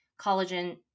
collagen